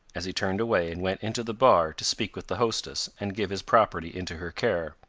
as he turned away and went into the bar to speak with the hostess, and give his property into her care.